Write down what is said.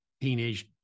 teenage